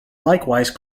likewise